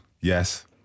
Yes